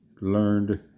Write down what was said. learned